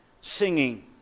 singing